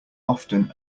often